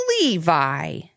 Levi